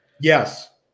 Yes